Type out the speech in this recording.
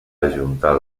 ajuntar